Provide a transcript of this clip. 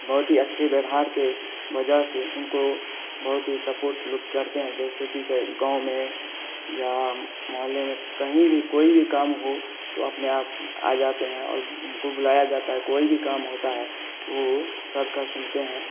बहुत ही अच्छे व्यवहार के वजह से उनको बहुत ही सपोर्ट लोग करते हैं जैसे कि गाँव में या मोहल्ले में कहीं भी कोई भी काम हो तो अपने आप आ जाते हैं और उनको बुलाया जाता है कोई भी काम होता है तो सबका सुनते हैं